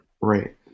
right